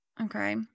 Okay